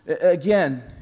again